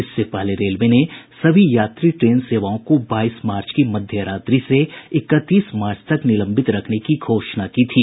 इससे पहले रेलवे ने सभी यात्री ट्रेन सेवाओं को बाईस मार्च की मध्य रात्रि से इकतीस मार्च तक निलंबित रखने की घोषणा की थी